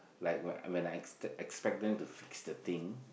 like when I when I ex~ expect them to fix the thing